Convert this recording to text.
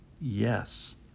yes